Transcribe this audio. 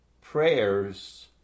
prayers